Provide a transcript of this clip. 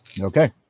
Okay